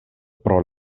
pro